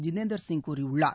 ஜிதேந்திர சிங் கூறியுள்ளார்